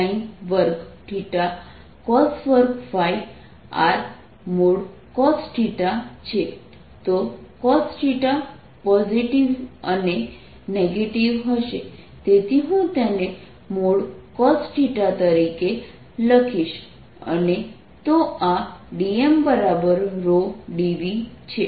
તો cosθ positive અને negative હશે તેથી હું તેને |cosθ| તરીકે લખીશ